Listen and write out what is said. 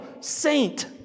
saint